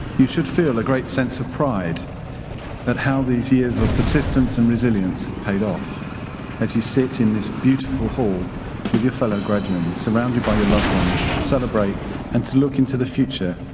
you should feel a great sense of pride that how these years of persistence and resilience have paid off as you sit in this beautiful hall with your fellow graduands surrounded by your loved ones to celebrate and to look into the future,